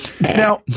Now